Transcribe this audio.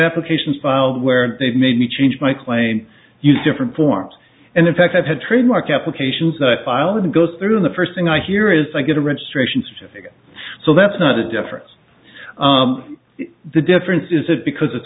applications filed where they made me change my claim use different forms and in fact i've had trademark applications that file and go through the first thing i hear is i get a registration certificate so that's not a difference the difference is that because it